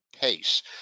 pace